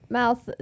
mouth